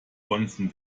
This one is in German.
bonzen